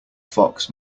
fox